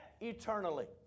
eternally